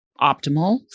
optimal